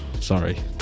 sorry